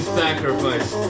sacrifice